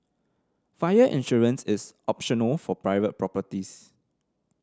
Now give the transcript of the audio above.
fire insurance is optional for private properties